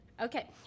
Okay